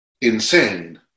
insane